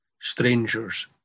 strangers